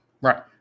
right